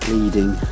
Leading